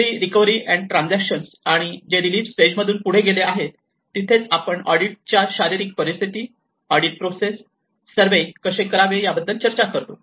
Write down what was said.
early recovery and transaction आणि जे relief stage मधून पुढे गेले आहे तिथेच आपण ऑडिटच्या शारीरिक परिस्थिती ऑडिट प्रोसेस सर्वे कसे करावे याबद्दल चर्चा करतो